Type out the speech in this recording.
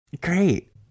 great